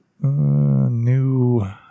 new